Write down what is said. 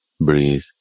breathe